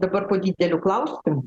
dabar po dideliu klausim